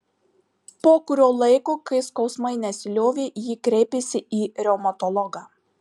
po kurio laiko kai skausmai nesiliovė ji kreipėsi į reumatologą